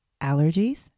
Allergies